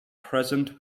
present